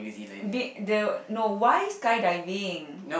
been the no why skydiving